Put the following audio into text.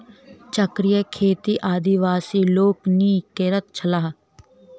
चक्रीय खेती आदिवासी लोकनि करैत छलाह